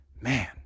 Man